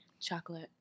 Chocolate